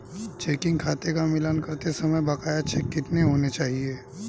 Checking खाते का मिलान करते समय बकाया चेक कितने होने चाहिए?